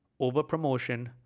overpromotion